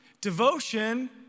devotion